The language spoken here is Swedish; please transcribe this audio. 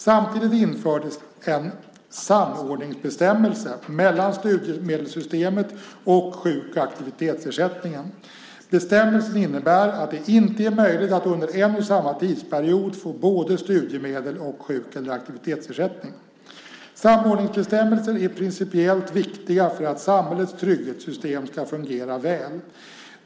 Samtidigt infördes en samordningsbestämmelse mellan studiemedelssystemet och sjuk och aktivitetsersättningen. Bestämmelsen innebär att det inte är möjligt att under en och samma tidsperiod få både studiemedel och sjuk eller aktivitetsersättning. Samordningsbestämmelser är principiellt viktiga för att samhällets trygghetssystem ska fungera väl.